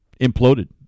imploded